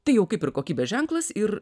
tai jau kaip ir kokybės ženklas ir